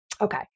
Okay